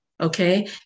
okay